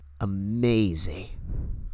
amazing